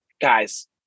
guys